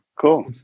cool